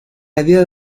medida